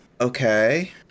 okay